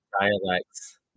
dialects